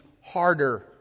harder